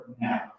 now